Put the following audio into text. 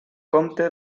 compte